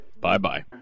Bye-bye